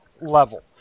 level